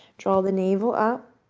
draw the navel up